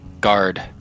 guard